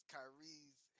Kyrie's